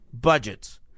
budgets